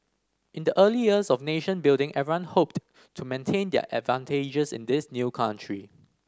in the early years of nation building everyone hoped to maintain their advantages in this new country